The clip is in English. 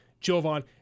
Jovan